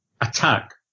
attack